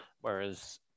Whereas